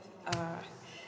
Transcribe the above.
uh